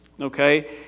Okay